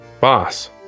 Boss